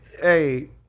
Hey